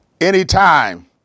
anytime